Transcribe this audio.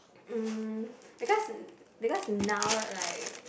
mm because because now like